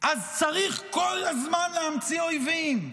צריך כל הזמן להמציא אויבים.